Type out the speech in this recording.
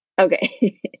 Okay